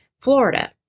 Florida